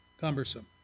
cumbersome